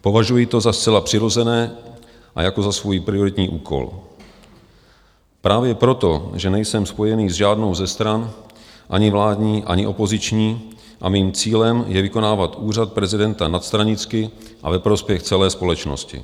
Považuji to za zcela přirozené a za svůj prioritní úkol, právě proto, že nejsem spojený s žádnou ze stran, ani vládní, ani opoziční, a mým cílem je vykonávat úřad prezidenta nadstranicky a ve prospěch celé společnosti.